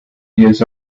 years